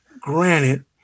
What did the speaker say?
Granted